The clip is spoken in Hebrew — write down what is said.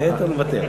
את היתר נבטל.